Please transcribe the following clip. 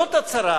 זאת הצהרה,